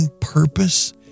purpose